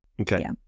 Okay